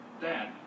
Dad